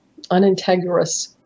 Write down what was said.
unintegrous